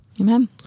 Amen